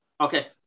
Okay